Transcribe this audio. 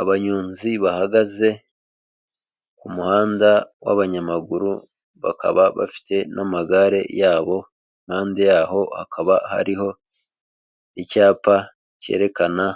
Abanyonzi bahagaze ku muhanda w'abanyamaguru bakaba bafite n'amagare yabo. Impande yaho hakaba hariho icyapa cyerekana